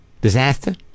disaster